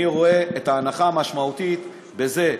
אני רואה את ההנחה המשמעותית בזה.